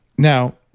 now,